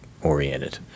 oriented